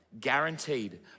guaranteed